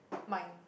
mine